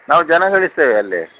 ನಾವು ಜನ ಕಳಿಸ್ತೇವೆ ಅಲ್ಲಿ